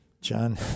John